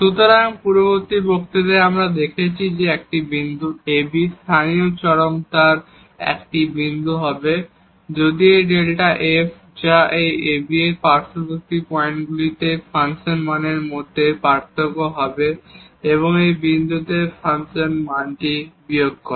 সুতরাং পূর্ববর্তী বক্তৃতায় আমরা দেখেছি যে একটি বিন্দু ab লোকাল এক্সট্রিমা একটি বিন্দু হবে যদি এই ডেল্টা f যা এই ab এর পার্শ্ববর্তী পয়েন্টগুলিতে ফাংশন মানের মধ্যে পার্থক্য এবং এই বিন্দুতে ফাংশন মানটি বিয়োগ করে